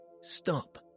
Stop